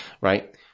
right